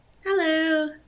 hello